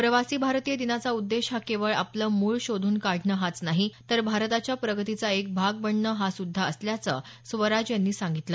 प्रवासी भारतीय दिनाचा उद्देश हा केवळ आपलं मूळ शोधून काढणं हाच नाही तर भारताच्या प्रगतीचा एक भाग बनणं हा सुद्धा असल्याचं स्वराज यांनी सांगितलं